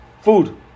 Food